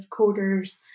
coders